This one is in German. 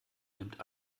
nimmt